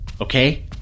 Okay